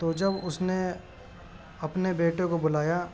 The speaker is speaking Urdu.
تو جب اس نے اپنے بیٹے کو بلایا